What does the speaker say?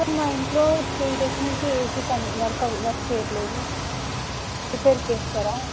sir మా ఇంట్లో three days నుంచి ఏసీ పని వర్క్ అవ్వ వర్క్ చేయట్లేదు రిపేర్ చేస్తారా